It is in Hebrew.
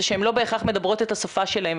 אלא זה שהן לא בהכרח מדברות את השפה שלהם.